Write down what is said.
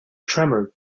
tremor